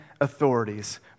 authorities